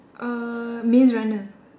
uh Maze Runner